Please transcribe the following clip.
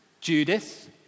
Judith